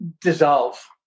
dissolve